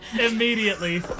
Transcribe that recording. immediately